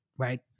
Right